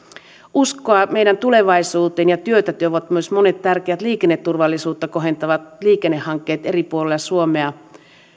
uskoa meidän tulevaisuuteen ja työtä tuovat myös monet tärkeät liikenneturvallisuutta kohentavat liikennehankkeet eri puolilla suomea